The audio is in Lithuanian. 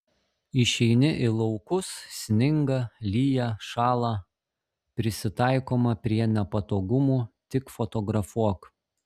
išeini į laukus sninga lyja šąla prisitaikoma prie nepatogumų tik fotografuok